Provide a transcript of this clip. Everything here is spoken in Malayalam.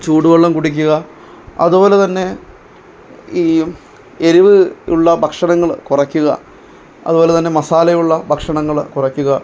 ചൂടുവെള്ളം കുടിക്കുക അത്പോലെ തന്നെ ഈ എരിവ് ഉള്ള ഭക്ഷണങ്ങൾ കുറയ്ക്കുക അത്പോലെ തന്നെ മസാലയുള്ള ഭക്ഷണങ്ങൾ കുറയ്ക്കുക